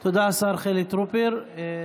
תודה, השר חילי טרופר.